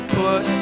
put